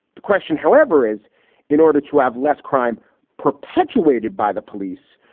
the question, however, is in order to have less crime perpetuated by the police,